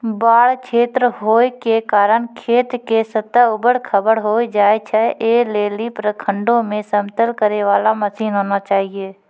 बाढ़ क्षेत्र होय के कारण खेत के सतह ऊबड़ खाबड़ होय जाए छैय, ऐ लेली प्रखंडों मे समतल करे वाला मसीन होना चाहिए?